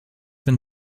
been